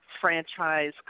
franchise